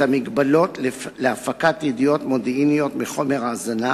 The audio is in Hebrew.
המגבלות על הפקת ידיעות מודיעיניות מחומר ההאזנה